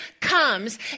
comes